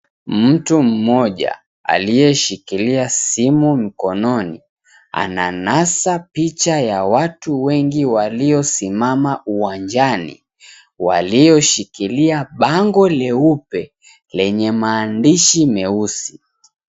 Mtu mmoja aliyeshikilia simu mkononi ananasa picha ya watu wengi waliosimama uwanjani, walioshikilia bango leupe lenye maandishi meusi.